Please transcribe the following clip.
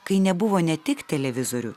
kai nebuvo ne tik televizorių